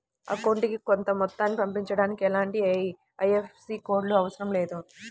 అకౌంటుకి కొంత మొత్తాన్ని పంపించడానికి ఎలాంటి ఐఎఫ్ఎస్సి కోడ్ లు అవసరం లేదు